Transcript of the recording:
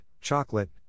chocolate